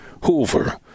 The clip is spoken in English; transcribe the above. Hoover